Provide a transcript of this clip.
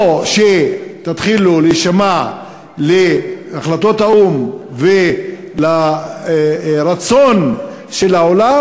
או שתתחילו להישמע להחלטות האו"ם ולרצון של העולם,